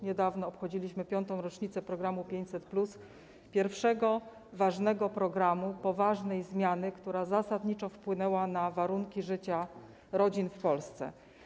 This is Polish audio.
Niedawno obchodziliśmy 5. rocznicę programu 500+, pierwszego ważnego programu, poważnej zmiany, która zasadniczo wpłynęła na warunki życia rodzin w Polsce.